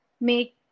make